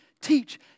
teach